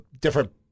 different